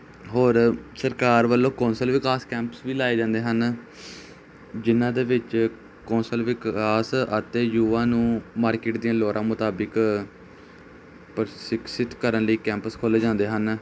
ਹੋਰ ਸਰਕਾਰ ਵੱਲੋਂ ਕੌਂਸਲ ਵਿਕਾਸ ਕੈਂਪਸ ਵੀ ਲਾਏ ਜਾਂਦੇ ਹਨ ਜਿਹਨਾਂ ਦੇ ਵਿੱਚ ਕੌਂਸਲ ਵਿਕਾਸ ਅਤੇ ਯੂਵਾ ਨੂੰ ਮਾਰਕੀਟ ਦੀਆਂ ਲੋੜਾਂ ਮੁਤਾਬਿਕ ਪਰਸ਼ਿਕਸ਼ਤ ਕਰਨ ਲਈ ਕੈਂਪਸ ਖੋਲ੍ਹੇ ਜਾਂਦੇ ਹਨ